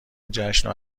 جشن